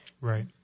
Right